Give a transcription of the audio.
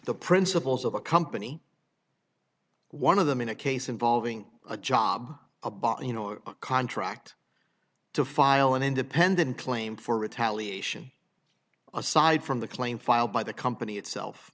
the principles of a company one of them in a case involving a job you know a contract to file an independent claim for retaliation aside from the claim filed by the company itself